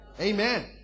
Amen